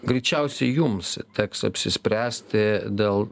greičiausiai jums teks apsispręsti dėl